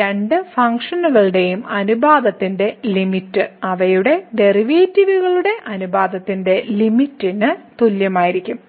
രണ്ട് ഫംഗ്ഷനുകളുടെയും അനുപാതത്തിന്റെ ലിമിറ്റ് അവയുടെ ഡെറിവേറ്റീവുകളുടെ അനുപാതത്തിന്റെ ലിമിറ്റ്ക്ക് തുല്യമായിരിക്കും